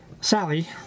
Sally